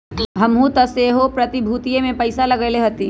हमहुँ तऽ सेहो प्रतिभूतिय में पइसा लगएले हती